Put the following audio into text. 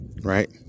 right